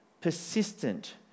persistent